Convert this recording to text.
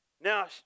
Now